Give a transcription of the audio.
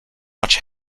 much